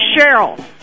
Cheryl